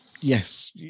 yes